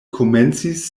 komencis